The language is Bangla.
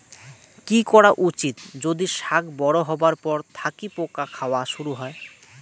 কি করা উচিৎ যদি শাক বড়ো হবার পর থাকি পোকা খাওয়া শুরু হয়?